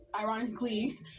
ironically